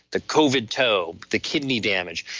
the covid toe, the kidney damage,